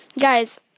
guys